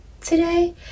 today